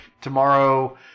tomorrow